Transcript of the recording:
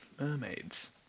mermaids